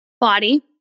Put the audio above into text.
body